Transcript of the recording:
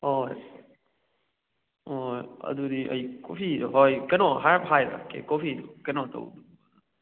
ꯑꯣꯏ ꯑꯣ ꯑꯗꯨꯗꯤ ꯑꯩ ꯀꯣꯐꯤꯗꯣ ꯍꯣꯏ ꯀꯩꯅꯣ ꯍꯥꯏꯔꯞ ꯊꯥꯔꯛꯀꯦ ꯀꯣꯐꯤꯗꯨ ꯀꯩꯅꯣ ꯇꯧꯗꯧꯕꯗꯨ